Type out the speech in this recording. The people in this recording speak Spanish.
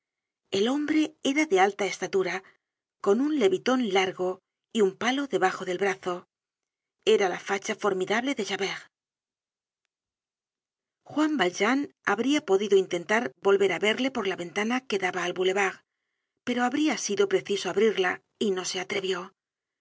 el hombre era de alta estatura con un leviton largo y un palo debajo del brazo era la facha formidable de javert juan valjean habría podido intentarolvcr á verle por la ventana quedaba al boulevard pero habría sido preciso abrirla y no se atrevió